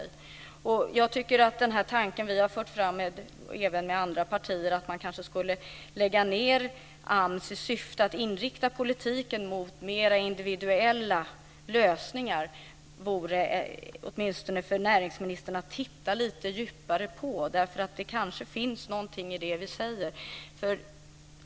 Jag tycker att näringsministern åtminstone borde titta lite mer på den idé som vi har fört fram, även tillsammans med andra partier, om att man kanske skulle lägga ned AMS i syfte att inrikta politiken på mera individuella lösningar. Det kanske ligger någonting i det vi säger.